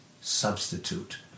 substitute